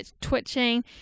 twitching